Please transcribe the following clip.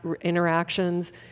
interactions